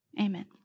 Amen